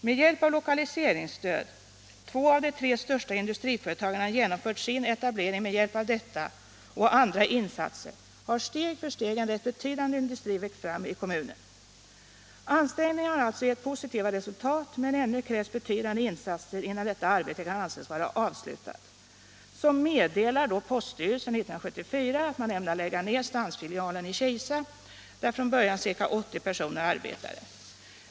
Med hjälp av lokaliseringsstöd — två av de tre största industriföretagen har genomfört sin etablering med hjälp av detta — och andra insatser har steg för steg en rätt betydande industri växt fram i kommunen. Ansträngningarna har alltså gett positiva resultat, men ännu krävs betydande insatser innan detta arbete kan anses vara avslutat. Så meddelar då poststyrelsen 1974 att man ämnar lägga ner stansfilialen i Kisa, där från början ca 80 personer arbetade.